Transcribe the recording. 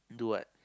do what